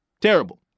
terrible